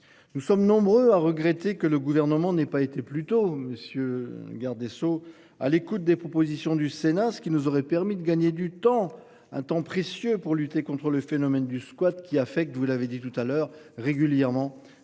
Nous sommes nombreux à regretter que le gouvernement n'ait pas été plutôt monsieur. Garde des Sceaux à l'écoute des propositions du Sénat, ce qui nous aurait permis de gagner du temps, un temps précieux pour lutter contre le phénomène du squat qui affecte vous l'avez dit tout à l'heure régulièrement des petits